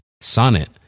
Sonnet